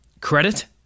Credit